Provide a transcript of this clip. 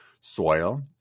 soil